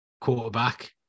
quarterback